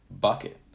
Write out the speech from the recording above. bucket